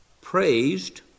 praised